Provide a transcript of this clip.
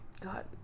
God